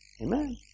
Amen